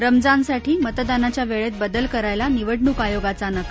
रमज़ानसाठी मतदानाच्या वेळेत बदल करायला निवडणूक आयोगाचा नकार